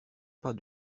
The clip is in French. pas